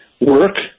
work